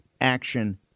action